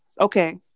okay